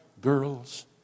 girl's